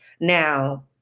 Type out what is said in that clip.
Now